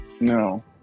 no